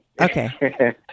Okay